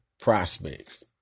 prospects